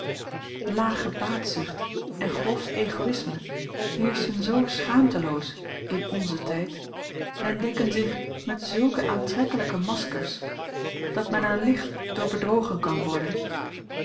lage baatzucht en grof egoïsme heerschen zoo schaamteloos in onzen tijd en dekken zich met zulke aantrekkelijke maskers dat men er licht door bedrogen kan worden